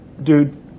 dude